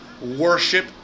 worship